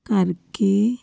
ਕਰਕੇ